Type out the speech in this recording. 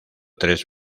tres